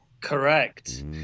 Correct